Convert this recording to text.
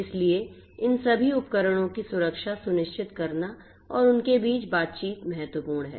इसलिए इन सभी उपकरणों की सुरक्षा सुनिश्चित करना और उनके बीच बातचीत महत्वपूर्ण है